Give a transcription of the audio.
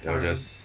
ya whereas